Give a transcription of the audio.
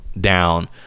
down